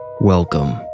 Welcome